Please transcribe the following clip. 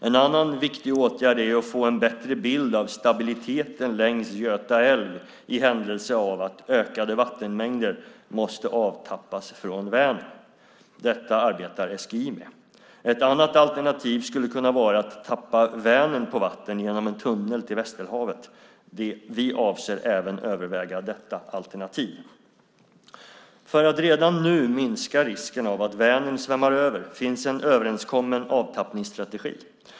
En annan viktig åtgärd är att få en bättre bild av stabiliteten längs Göta älv i händelse av att ökade vattenmängder måste avtappas från Vänern. Detta arbetar SGI med. Ett annat alternativ skulle kunna vara att tappa Vänern på vatten genom en tunnel till Västerhavet. Vi avser även överväga detta alternativ. För att redan nu minska risken av att Vänern svämmar över finns en överenskommen avtappningsstrategi.